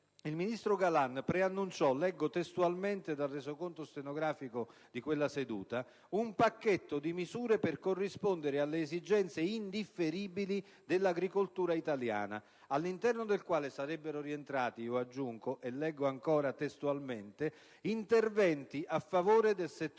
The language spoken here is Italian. il ministro Galan preannunciò - leggo testualmente dal resoconto stenografico di quella seduta - «un pacchetto di misure per rispondere alle esigenze indifferibili dell'agricoltura italiana», all'interno del quale sarebbero rientrati - aggiungo e leggo ancora testualmente - «interventi a favore del settore